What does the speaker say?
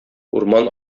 урман